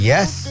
Yes